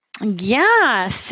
Yes